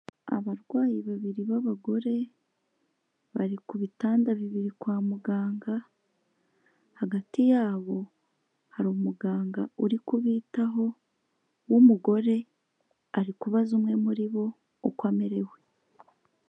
Abarwayi babiri b'abagore, bari ku bitanda bibiri kwa muganga, hagati yabo hari umuganga uri kubitaho w'umugore, ari kubaza umwe muri bo uko amerewe.